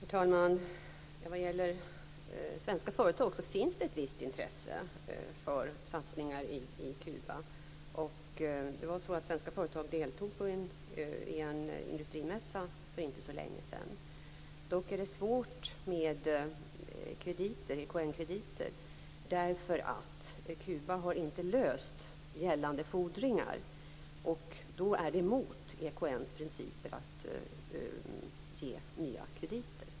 Herr talman! Det finns hos svenska företag ett visst intresse för satsningar i Kuba. Svenska företag deltog i en industrimässa för inte så länge sedan. Dock är det svårt med EKN-krediter därför att Kuba inte har löst gällande fordringar. Det är mot EKN:s principer att då ge nya krediter.